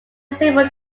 several